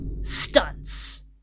stunts